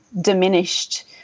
diminished